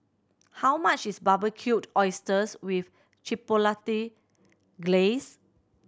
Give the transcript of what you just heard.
how much is Barbecued Oysters with Chipotle Glaze